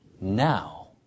now